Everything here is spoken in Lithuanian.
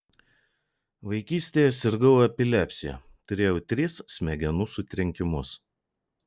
vaikystėje sirgau epilepsija turėjau tris smegenų sutrenkimus